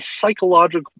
psychological